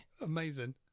Amazing